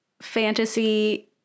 fantasy